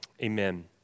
amen